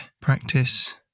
practice